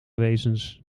wezens